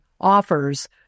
offers